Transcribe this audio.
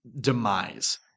demise